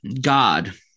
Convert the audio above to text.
god